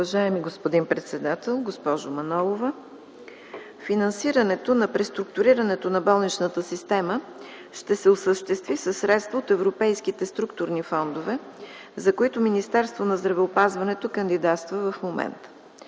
Уважаеми господин председател, госпожо Манолова! Финансирането на преструктурирането на болничната система ще се осъществи със средства от Европейските структурни фондове, за които Министерство на здравеопазването в момента